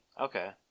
Okay